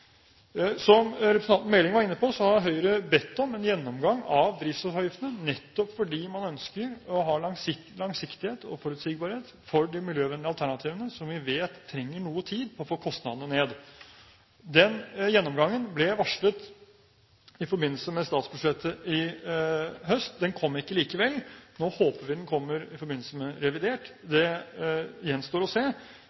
Som representanten Meling var inne på, har Høyre bedt om en gjennomgang av drivstoffavgiftene, nettopp fordi man ønsker å ha langsiktighet og forutsigbarhet for de miljøvennlige alternativene som vi vet trenger noe tid på å få kostnadene ned. Den gjennomgangen ble varslet i forbindelse med statsbudsjettet i høst. Den kom ikke likevel. Nå håper vi den kommer i forbindelse med revidert